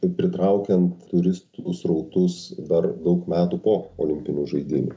ir pritraukiant turistų srautus dar daug metų po olimpinių žaidynių